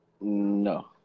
No